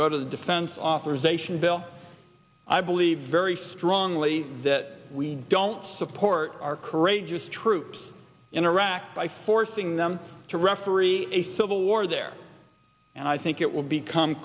go to the defense authorization bill i believe very strongly that we don't support our courageous troops in iraq by forcing them to referee a civil war there and i think it will become